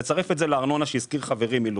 כשהיינו